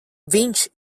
viņš